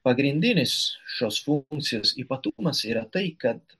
pagrindinis šios funkcijos ypatumas yra tai kad